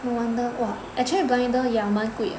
no wonder !wah! actually blinder yah 蛮贵